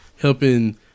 helping